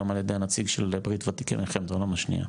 גם על ידי הנציג של ברית וותיקי מלחמת העולם השנייה,